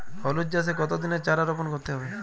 হলুদ চাষে কত দিনের চারা রোপন করতে হবে?